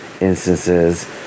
instances